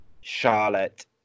Charlotte